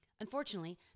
Unfortunately